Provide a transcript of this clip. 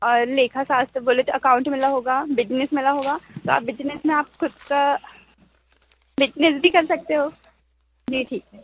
और लेखा शास्त्र बोले तो अकाउंट मिला होगा बिजनेस मिला होगा तो आप बिजनेस में आप खुद बिजनेस भी कर सकते हो जी ठीक है